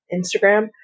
instagram